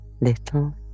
little